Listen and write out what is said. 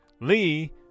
Lee